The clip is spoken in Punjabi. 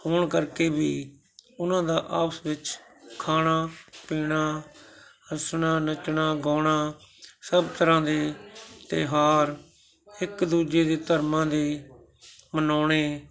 ਹੋਣ ਕਰਕੇ ਵੀ ਉਹਨਾਂ ਦਾ ਆਪਸ ਵਿੱਚ ਖਾਣਾ ਪੀਣਾ ਹੱਸਣਾ ਨੱਚਣਾ ਗਾਉਣਾ ਸਭ ਤਰ੍ਹਾਂ ਦੇ ਤਿਉਹਾਰ ਇੱਕ ਦੂਜੇ ਦੇ ਧਰਮਾਂ ਦੇ ਮਨਾਉਣੇ